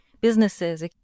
businesses